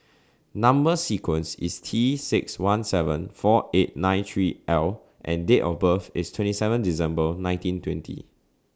Number sequence IS T six one seven four eight nine three L and Date of birth IS twenty seven December nineteen twenty